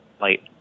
light